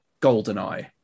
GoldenEye